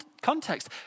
context